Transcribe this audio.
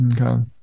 okay